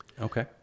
Okay